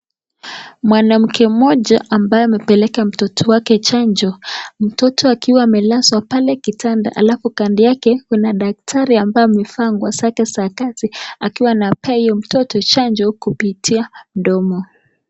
Mwanamke mmoja ambaye amepeleka mtoto wake chanjo. Mtoto akiwa amelazwa pale kitanda alafu kando yake kuna daktari ambaye amevaa nguo zake za kazi akiwa anapea hiyo mtoto chanjo kupitia mdomo